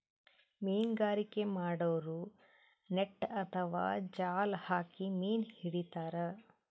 ಮೀನ್ಗಾರಿಕೆ ಮಾಡೋರು ನೆಟ್ಟ್ ಅಥವಾ ಜಾಲ್ ಹಾಕಿ ಮೀನ್ ಹಿಡಿತಾರ್